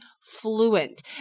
fluent